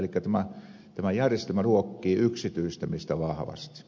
elikkä tämä järjestelmä ruokkii yksityistämistä vahvasti